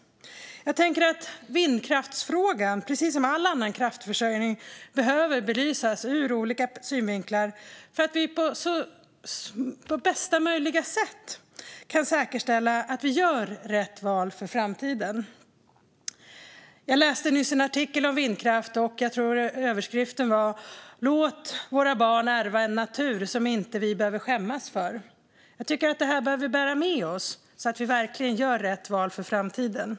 Vindkraft, precis som all annan kraftförsörjning, behöver belysas ur olika synvinklar för att vi på bästa möjliga sätt ska kunna säkerställa att vi gör rätt val för framtiden. Jag läste nyligen en artikel om vindkraft där jag tror att rubriken var: Låt våra barn ärva en natur som vi inte behöver skämmas för. Detta behöver vi bära med oss så att vi verkligen gör rätt val för framtiden.